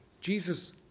Jesus